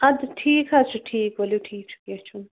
اَدٕ ٹھیٖک حظ چھُ ٹھیٖک ؤلِو ٹھیٖک چھُ کیٚنٛہہ چھُنہٕ